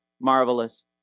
marvelous